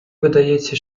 видається